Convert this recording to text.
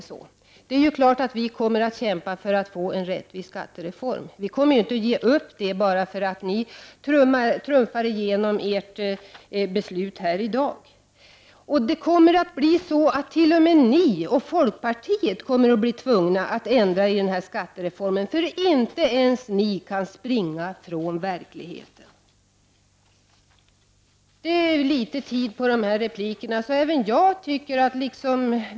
Det är klart att vi kommer att kämpa för att få till en stånd en rättvis skattereform. Vi kommer inte att ge upp den ambitionen bara för att ni trumfar igenom ert beslut här i dag. T.o.m. ni och folkpartiet kommer att bli tvungna att ändra i den här skattereformen — inte ens ni kan springa ifrån verkligheten. Vi fick höra att Anne Wibble skulle kliva upp i talarstolen så småningom.